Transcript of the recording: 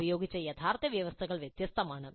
ഉപയോഗിച്ച യഥാർത്ഥ വ്യവസ്ഥകൾ വ്യത്യസ്തമാണ്